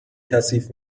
کثیف